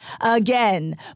Again